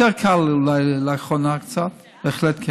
אולי קצת יותר קל לאחרונה, בהחלט כן,